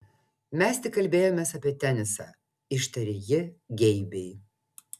mes tik kalbėjomės apie tenisą ištarė ji geibiai